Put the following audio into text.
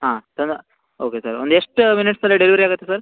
ಹಾಂ ತನ್ okay sir ಒಂದು ಎಷ್ಟು ಮಿನಿಟ್ಸಲ್ಲಿ ಡೆಲಿವರಿ ಆಗುತ್ತೆ ಸರ್